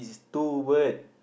two bird